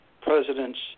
President's